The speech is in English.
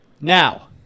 Now